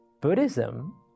Buddhism